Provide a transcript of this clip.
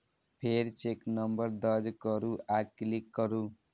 फेर check number दर्ज करू आ क्लिक करू